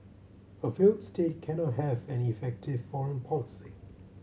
a failed state cannot have an effective foreign policy